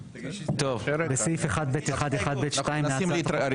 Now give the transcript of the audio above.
בסעיף 1(ב1)(1)(ב)(2) להצעת החוק,